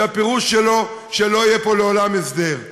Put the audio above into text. שהפירוש שלו שלא יהיה פה לעולם הסדר.